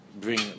bring